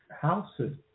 houses